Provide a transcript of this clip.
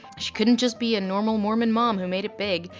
she couldn't just be a normal mormon mom who made it big.